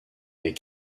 les